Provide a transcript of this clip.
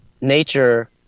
nature